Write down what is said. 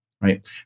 right